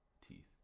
Teeth